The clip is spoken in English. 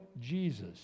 Jesus